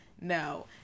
No